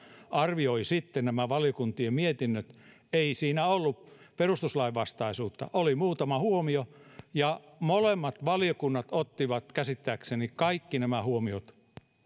arvioi sitten nämä valiokuntien mietinnöt ei siinä ollut perustuslainvastaisuutta oli muutama huomio ja molemmat valiokunnat ottivat käsittääkseni kaikki nämä huomiot